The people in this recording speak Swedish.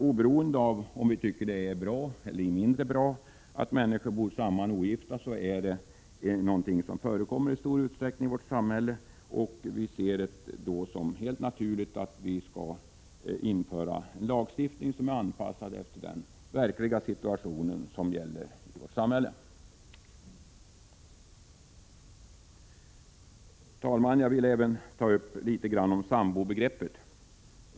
Oberoende av om vi tycker att det är bra eller mindre bra att människor bor samman utan att vara gifta med varandra är det någonting som förekommer i stor utsträckning i vårt samhälle. Viser det därför som helt naturligt att införa en lagstiftning som är anpassad till den verkliga situationen i vårt land. Herr talman! Jag vill även ta upp sambobegreppet.